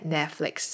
Netflix